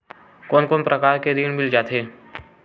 कोन कोन प्रकार के ऋण मिल जाथे?